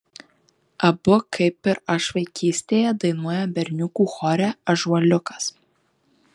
abu kaip ir aš vaikystėje dainuoja berniukų chore ąžuoliukas